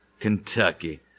Kentucky